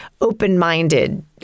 open-minded